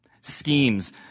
Schemes